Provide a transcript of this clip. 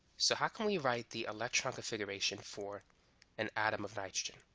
so how can we write the electron configuration for an atom of nitrogen